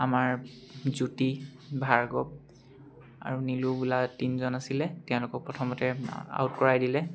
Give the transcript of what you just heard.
আমাৰ জ্যোতি ভাৰ্গৱ আৰু নীলু বোলা তিনিজন আছিলে তেওঁলোকক প্ৰথমতে আউট কৰাই দিলে